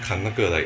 砍那个 like